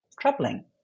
troubling